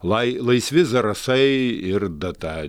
lai laisvi zarasai ir data